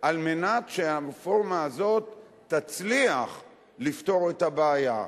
כדי שהרפורמה הזאת תצליח לפתור את הבעיה.